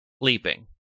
leaping